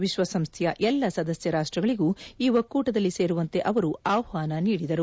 ವಿಶ್ವಸಂಸ್ಥೆಯ ಎಲ್ಲ ಸದಸ್ಯ ರಾಷ್ಟ್ರಗಳಿಗೂ ಈ ಒಕ್ಕೂಟದಲ್ಲಿ ಸೇರುವಂತೆ ಅವರು ಆಹ್ವಾನ ನೀಡಿದರು